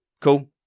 cool